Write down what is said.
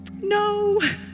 No